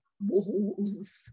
walls